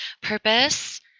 purpose